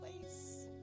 place